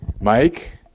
Mike